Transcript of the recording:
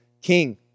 King